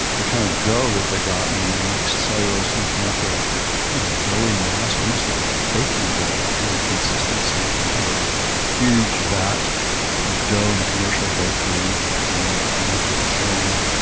the kind of dough that they got when they mixed cellulose and camphor kind of a doughy mass, almost like baking dough, that kind of consistency. if you can think of a huge vat of dough in a commercial bakery being mechanically churned,